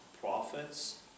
prophets